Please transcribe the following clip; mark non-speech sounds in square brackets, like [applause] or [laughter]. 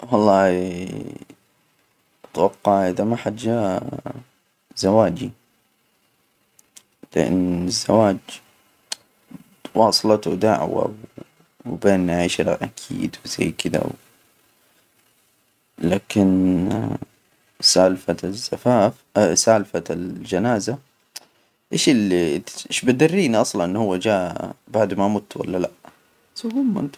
والله، أتوقع إذا ما حد جاء زواجي، لأن الزواج [unintelligible] بين نعيشها أكيد و زي كده، لكن سالفة الزفاف [hesitation] سالفة الجنازة، إيش اللي إيش بدرينا أصلا إنه هو جاء بعد ما مت ولا لأ؟ [unintelligible]